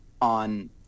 on